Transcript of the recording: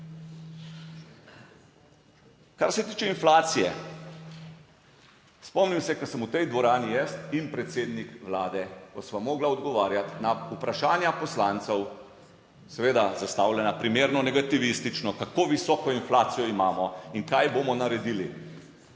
Kar se tiče inflacije. Spomnim se, ko sem v tej dvorani jaz in predsednik Vlade, ko sva morala odgovarjati na vprašanja poslancev, seveda zastavljena primerno negativistično, kako visoko inflacijo imamo in kaj bomo naredili.